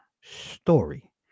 story